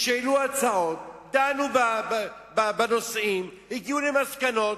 העלו הצעות, דנו בנושאים, הגיעו למסקנות.